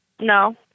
No